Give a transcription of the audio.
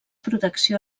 protecció